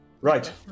Right